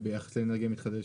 וביחס לאנרגיה מתחדשת?